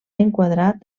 enquadrat